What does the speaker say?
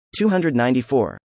294